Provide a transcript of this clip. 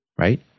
right